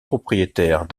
propriétaires